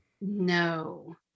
No